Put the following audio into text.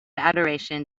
adoration